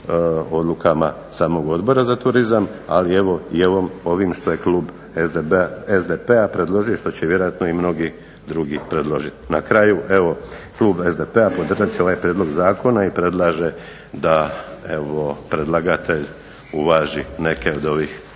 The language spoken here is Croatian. odlukama samog Odbora za turizam, ali evo i ovim što je klub SDP-a predložio, što će vjerojatno i mnogi drugi predložiti. Na kraju evo klub SDP-a podržat će ovaj prijedlog zakona i predlaže da predlagatelj uvaži neke od ovih